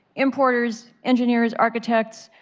importers, engineers, architects,